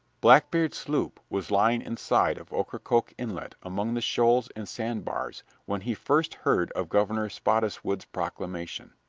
blackbeard's sloop was lying inside of ocracoke inlet among the shoals and sand bars when he first heard of governor spottiswood's proclamation.